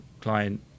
client